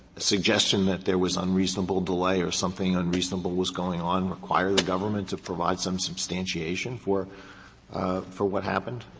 suggestion that there was unreasonable delay or something unreasonable was going on require the government to provide some substantiation for for what happened?